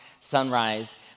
sunrise